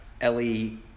Ellie